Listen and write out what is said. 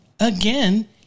again